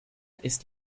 ist